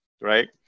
Right